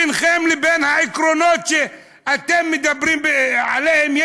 ביניכם לבין העקרונות שאתם מדברים עליהם,